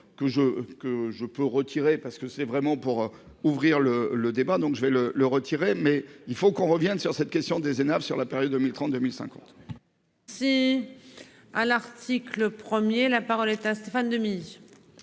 que je peux retirer parce que c'est vraiment pour ouvrir le le débat, donc je vais le le retirer mais il faut qu'on revienne sur cette question des sur la période 2032 1050.